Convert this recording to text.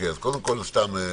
אז קודם כול סתם,